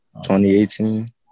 2018